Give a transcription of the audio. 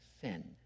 sin